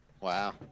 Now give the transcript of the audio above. Wow